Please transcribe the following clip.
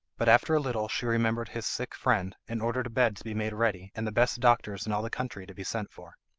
but after a little she remembered his sick friend, and ordered a bed to be made ready and the best doctors in all the country to be sent for.